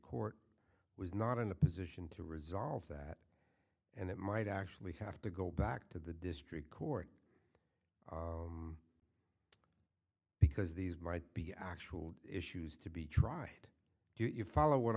court was not in a position to resolve that and it might actually have to go back to the district court because these might be actual issues to be tried do you follow what